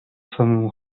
samemu